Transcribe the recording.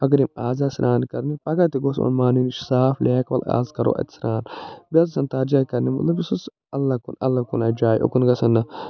اگر یِم آز آز سران کرنہِ پگاہ تہِ گوٚس أمۍ مانٕنۍ یہِ ثھُ صاف لیک وَلہٕ آز کَرو اَتہِ سران بیٚیہِ حظ تتھ جایہِ کَرنہِ مطلب یُس حظ سُہ الگ کُن الگ کُن آسہِ جاے اُکُن گَژھن نہٕ